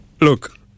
Look